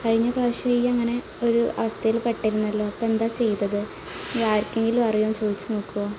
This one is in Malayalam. കഴിഞ്ഞ പ്രാവശ്യം ഈ അങ്ങനെ ഒരവസ്ഥയില് പെട്ടിരുന്നല്ലൊ അപ്പോൾ എന്താ ചെയ്തത് നീയ് ആർക്കെങ്കിലും അറിയുമോന്ന് ചോദിച്ച് നോക്കുമോ